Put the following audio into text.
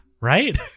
right